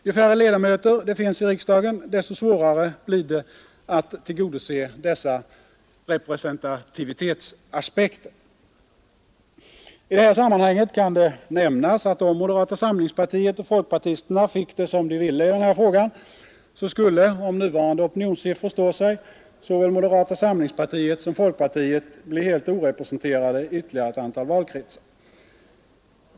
Ju färre ledamöter det finns i riksdagen, desto svårare blir det att tillgodose dessa representativitetsaspekter. I sammanhanget kan det nämnas att om moderata samlingspartiet och folkpartisterna fick som de ville i den här frågan, så skulle — om nuvarande opinionssiffror står sig — båda de partierna bli helt orepresenterade i ytterligare ett antal valkretsar.